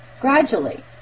gradually